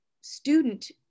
student